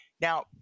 now